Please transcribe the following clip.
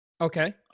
Okay